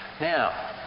Now